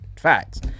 Facts